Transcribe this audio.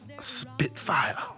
Spitfire